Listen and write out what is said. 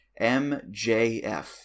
MJF